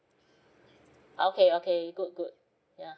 okay okay good good yeah